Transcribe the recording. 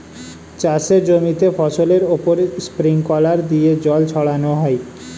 চাষের জমিতে ফসলের উপর স্প্রিংকলার দিয়ে জল ছড়ানো হয়